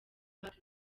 park